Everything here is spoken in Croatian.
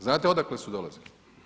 Znate odakle su dolazili?